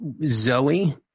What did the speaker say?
Zoe